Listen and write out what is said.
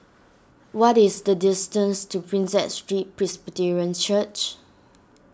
what is the distance to Prinsep Street Presbyterian Church